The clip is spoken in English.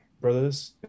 brothers